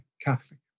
Catholic